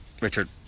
Richard